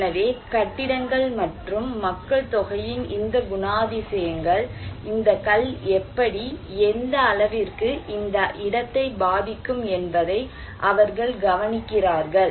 எனவே கட்டிடங்கள் மற்றும் மக்கள்தொகையின் இந்த குணாதிசயங்கள் இந்த கல் எப்படி எந்த அளவிற்கு இந்த இடத்தை பாதிக்கும் என்பதை அவர்கள் கவனிக்கிறார்கள்